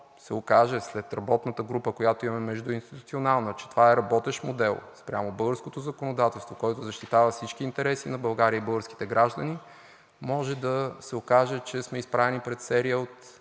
след работната група – междуинституционална, която имаме, че това е работещ модел спрямо българското законодателство, който защитава всички интереси на България и българските граждани, може да се окаже, че сме изправени пред серия от